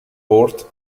ort